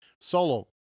Solo